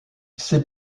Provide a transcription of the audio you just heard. ces